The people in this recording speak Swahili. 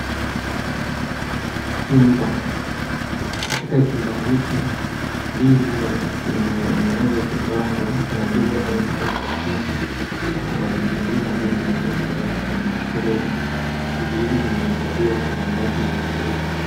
Chumba, katika chumba hiki ndizi imeweza kupangwa kuna ndizi ambaye imekwa chini, na kuna ndizi ingine ambayo imeweza kuwekwa kwenye crate , ndizi hizi zimehifadhiwa kwa minajili ya kuuzwa.